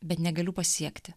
bet negaliu pasiekti